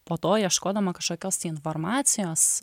po to ieškodama kažkokios tai informacijos